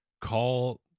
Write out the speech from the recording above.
call –